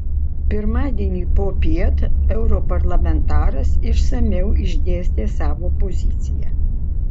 pirmadienį popiet europarlamentaras išsamiau išdėstė savo poziciją